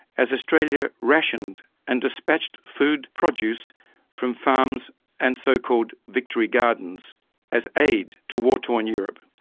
as australia rationed and dispatched food produce from farms and so called victory gardens as aid to war torn europe.